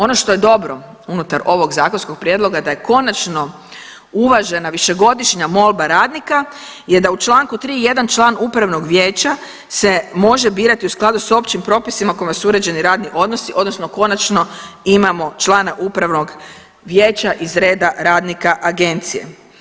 Ono što je dobro unutar ovog zakonskog prijedloga da je konačno uvažena višegodišnja molba radnika je da u čl. 3. jedan član upravnog vijeća se može birati u skladu s općim propisima kojima su uređeni radni odnosno konačno imamo člana upravnog vijeća iz reda radnika agencije.